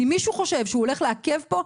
אם מישהו חושב שהוא הולך לעכב פה,